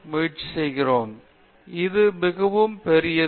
பேராசிரியர் பிரதாப் ஹரிதாஸ் சரி இது மிகவும் பெரியது